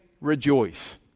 rejoice